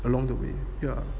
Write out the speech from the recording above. along the way yeah